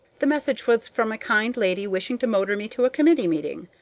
the message was from a kind lady wishing to motor me to a committee meeting.